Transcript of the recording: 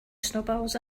snowballs